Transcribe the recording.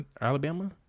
Alabama